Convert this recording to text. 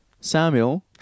Samuel